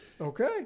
Okay